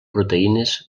proteïnes